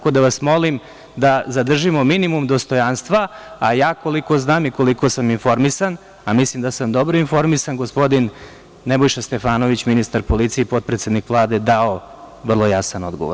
Molim vas da zadržimo minimum dostojanstva, a ja koliko znam i koliko sam informisan, a mislim da sam dobro informisan, gospodin Nebojša Stefanović i ministar policije, potpredsednik Vlade je dao vrlo jasan odgovor.